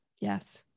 Yes